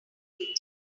waiting